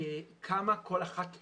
כמה כל אחת עולה לנו.